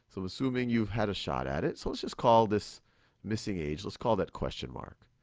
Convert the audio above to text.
so assuming you've had a shot at it. so let's just call this missing age, let's call that question mark.